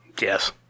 Yes